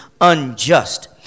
unjust